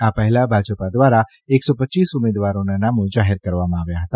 આ પહેલા ભાજપા દ્વારા એકસી પચ્યીસ ઉમેદવારોના નામો જાહેર કરવામાં આવ્યા હતા